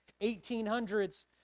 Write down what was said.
1800s